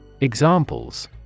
Examples